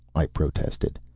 i protested.